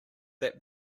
that